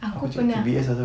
aku pernah